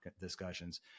discussions